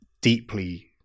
deeply